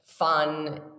fun